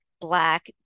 Black